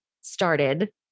started